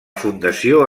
fundació